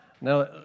Now